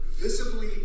visibly